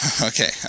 Okay